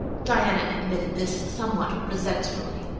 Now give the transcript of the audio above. diana admitted this somewhat resentfully.